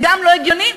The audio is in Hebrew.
זה גם לא הגיוני,